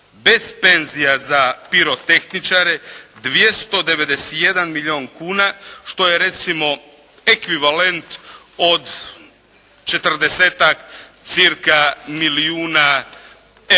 bez penzija za pirotehničare 291 milijun kuna što je recimo ekvivalent od 40-tak cirka